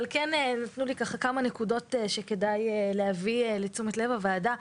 הם אמרו לי כמה נקודות שכדאי להביא לתשומת לב הוועדה.